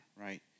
right